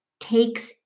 takes